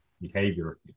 behavior